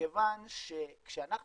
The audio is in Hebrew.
מכיוון שכשאנחנו